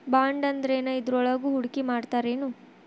ಬಾಂಡಂದ್ರೇನ್? ಇದ್ರೊಳಗು ಹೂಡ್ಕಿಮಾಡ್ತಾರೇನು?